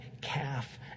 calf